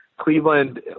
Cleveland